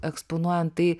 eksponuojant tai